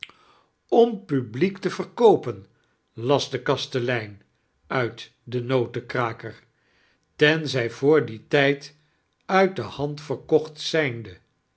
m publiek te verkoopen las de kastelein uit de noteiakraker tenizg voor dien tijd uit de hand verkooht zijnde